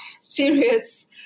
serious